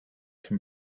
can